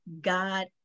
God